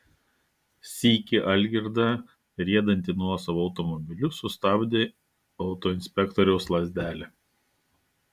sykį algirdą riedantį nuosavu automobiliu sustabdė autoinspektoriaus lazdelė